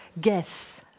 guess